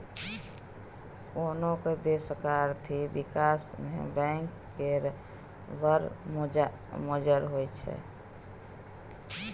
कोनो देशक आर्थिक बिकास मे बैंक केर बड़ मोजर होइ छै